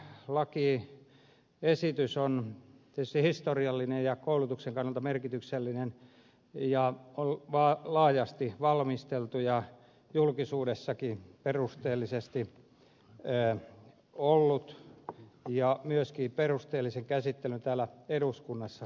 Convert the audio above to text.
tämä lakiesitys on tietysti historiallinen ja koulutuksen kannalta merkityksellinen ja laajasti valmisteltu ja julkisuudessakin perusteellisesti ollut ja se on myöskin perusteellisen käsittelyn täällä eduskunnassa saanut